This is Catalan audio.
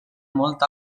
molt